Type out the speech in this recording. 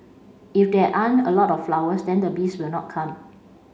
if there aren't a lot of flowers then the bees will not come